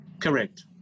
Correct